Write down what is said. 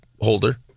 holder